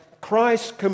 Christ